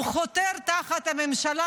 הוא חותר תחת הממשלה,